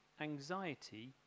anxiety